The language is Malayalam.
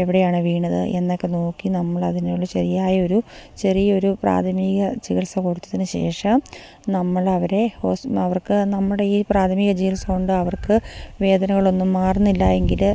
എവിടെയാണ് വീണത് എന്നൊക്കെ നോക്കി നമ്മളതിനുള്ള ശരിയായൊരു ചെറിയൊരു പ്രാഥമിക ചികിത്സ കൊടുത്തതിന് ശേഷം നമ്മളവരെ അവർക്ക് നമ്മുടെ ഈ പ്രാഥമിക ചികിത്സ കൊണ്ട് അവർക്ക് വേദനകളൊന്നും മാറുന്നില്ലെങ്കില്